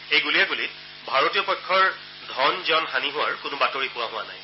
এই গুলীয়াগুলীত ভাৰতীয় পক্ষৰ ধন জন হানি হোৱাৰ কোনো বাতৰি পোৱা হোৱা নাই